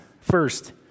First